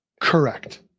Correct